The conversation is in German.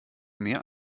mehr